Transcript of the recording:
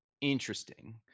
Interesting